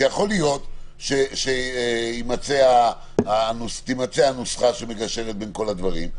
שיכול להיות שתימצא הנוסחה שמגשרת בין כל הדברים,